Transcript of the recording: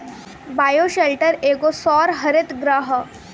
bioshelter एगो सौर हरित गृह ह